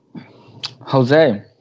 jose